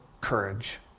courage